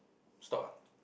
stop ah